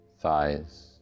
thighs